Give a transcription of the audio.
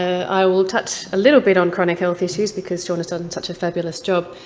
i will touch a little bit on chronic health issues, because seana's done such a fabulous job.